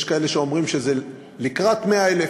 יש כאלה שאומרים שזה לקראת 100,000,